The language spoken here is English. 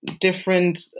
different